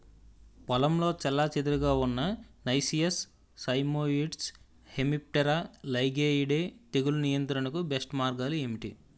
పొలంలో చెల్లాచెదురుగా ఉన్న నైసియస్ సైమోయిడ్స్ హెమిప్టెరా లైగేయిడే తెగులు నియంత్రణకు బెస్ట్ మార్గాలు ఏమిటి?